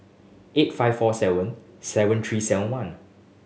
eight five four seven seven three seven one